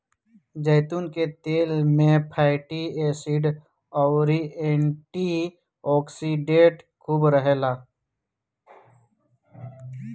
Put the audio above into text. जैतून के तेल में फैटी एसिड अउरी एंटी ओक्सिडेंट खूब रहेला